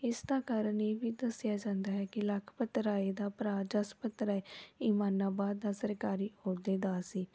ਇਸ ਦਾ ਕਾਰਨ ਇਹ ਵੀ ਦੱਸਿਆ ਜਾਂਦਾ ਹੈ ਕਿ ਲਖਪਤ ਰਾਏ ਦਾ ਭਰਾ ਜਸਪਤ ਰਾਏ ਈਮਾਨਾਬਾਦ ਦਾ ਸਰਕਾਰੀ ਅਹੁਦੇਦਾਰ ਦਾ ਸੀ